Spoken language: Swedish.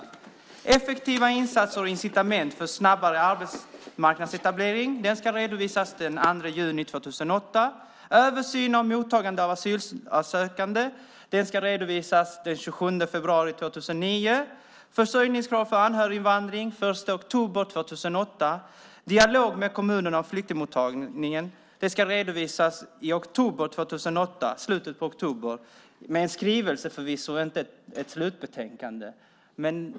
Utredningen Effektiva insatser och incitament för snabbare arbetsmarknadsetablering ska redovisas den 2 juni 2008. Översyn av mottagande av asylsökande ska redovisas den 27 februari 2009. Försörjningskrav för anhöriginvandring ska redovisas den 1 oktober 2008. Dialog med kommunerna om flyktingmottagningen ska redovisas i slutet av oktober 2008 med en skrivelse, förvisso, inte ett slutbetänkande.